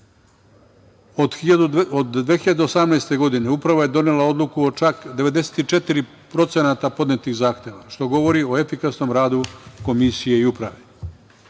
2018. godine Uprava je donela Odluku o čak 94% podnetih zakona, što govori o efikasnom radu Komisije i Uprave.